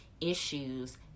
issues